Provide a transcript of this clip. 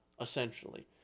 essentially